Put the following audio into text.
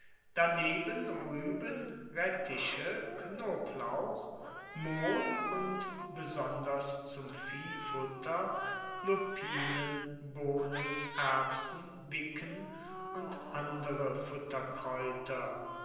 daneben rueben rettiche knoblauch mohn und besonders zum viehfutter lupinen bohnen erbsen wicken und andere